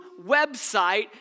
website